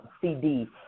CD